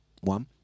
One